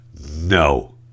No